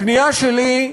הפנייה שלי,